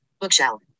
Bookshelf